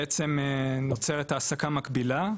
בעצם נוצרת העסקה מקבילה,